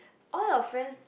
all your friends